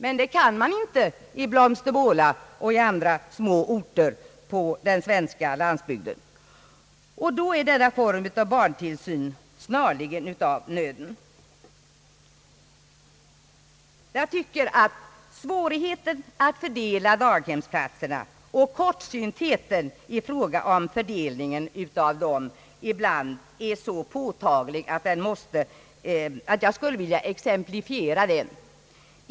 Men det kan man inte i Blomstermåla och i andra småorter .på den svenska landsbygden, och då är den andra formen av barntillsyn snarligen av nöden. Jag tycker att svårigheten att fördela daghemsplatserna och kortsyntheten i fråga om fördelningen av dem ibland är så påtaglig att jag skulle vilja exemplifiera det.